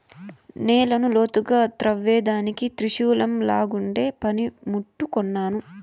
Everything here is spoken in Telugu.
నేలను లోతుగా త్రవ్వేదానికి త్రిశూలంలాగుండే పని ముట్టు కొన్నాను